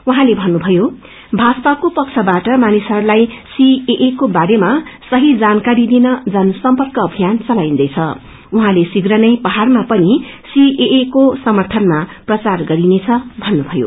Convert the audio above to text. उप्रँले भन्नुभयो भाजपाको पक्षबाट मानिसहरूलाई सीएए बारेमा सही जानकारी दिन जनसंग्व अभियान चलाइन्दैछ साौ उहाँले शीघ्र ने पहाइमा पनि सीएए को समर्थनमा प्रचार गरिनेछ भन्नुभयो